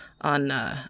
on